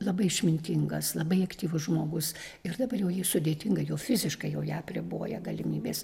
labai išmintingas labai aktyvus žmogus ir dabar jau sudėtinga jau fiziškai jau ją apriboja galimybės